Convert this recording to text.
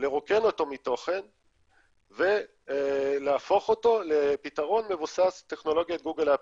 לרוקן אותו מתוכן ולהפוך אותו לפתרון מבוסס טכנולוגיית גוגל-אפל.